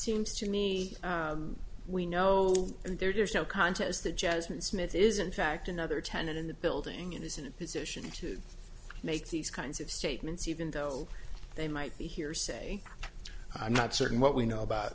seems to me we know and there's no contest that jasmine smith is in fact another tenant in the building and is in a position to make these kinds of statements even though they might be hearsay i'm not certain what we know about